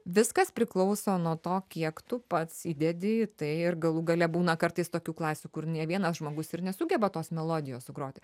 viskas priklauso nuo to kiek tu pats įdedi į tai ir galų gale būna kartais tokių klasių kur nė vienas žmogus ir nesugeba tos melodijos sugrot